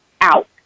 out